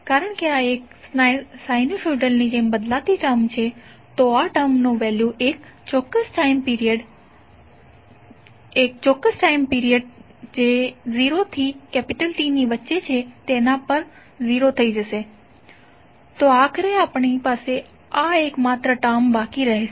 કારણ કે આ એક સાઇનુસોઇડલની જેમ બદલાતી ટર્મ છે તો આ ટર્મની વેલ્યુ એક ચોક્કસ ટાઇમ પિરિયડ જે 0 થી T ની વચ્ચે છે તેના પર 0 થઈ જશે તો આખરે આપણી પાસે આ એક માત્ર 1 ટર્મ બાકી રહેશે